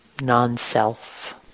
non-self